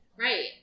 Right